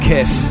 Kiss